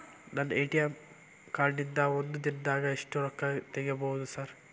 ನನ್ನ ATM card ನಿಂದಾ ಒಂದ್ ದಿಂದಾಗ ಎಷ್ಟ ರೊಕ್ಕಾ ತೆಗಿಬೋದು ಸಾರ್?